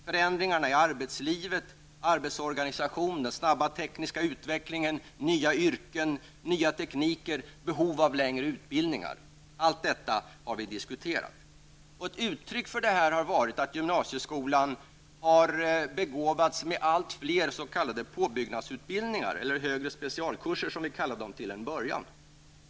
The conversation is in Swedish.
Förändringarna i arbetslivet, arbetsorganisationen, den snabba tekniska utvecklingen, tillkomsten av nya yrken, nya tekniker och behovet av längre utbildningar, ja, alla dessa saker har vi diskuterat. Ett uttryck för vår vilja här är att gymnasieskolan har begåvats med allt fler s.k. påbyggnadsutbildningar -- eller, som vi till en början kallade dem, högre specialkurser.